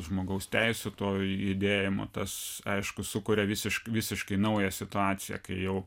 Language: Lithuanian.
žmogaus teisių to judėjimo tas aišku sukuria visiškai visiškai naują situaciją kai jau